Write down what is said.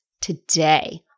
today